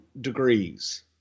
degrees